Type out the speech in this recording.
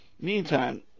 Meantime